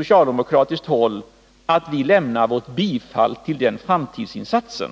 skulle vi lämna vårt bifall till denna framtidsinsats.